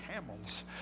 camels